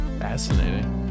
fascinating